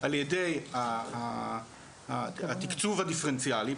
על ידי התקצוב הדיפרנציאלי,